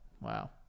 Wow